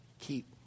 keep